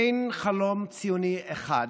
אין חלום ציוני אחד,